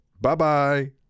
bye-bye